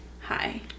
hi